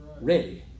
ready